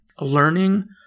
learning